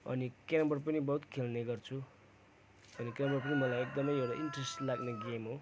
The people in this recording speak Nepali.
अनि क्यारम बोर्ड पनि बहुत खेल्ने गर्छु क्यारम बोर्ड पनि मलाई एकदमै एउटा इन्ट्रेस्ट लाग्ने गेम हो